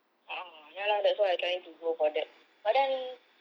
a'ah ya lah that's why I'm trying to go for that but then